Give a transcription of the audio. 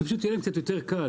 שיהיה להם יותר קל.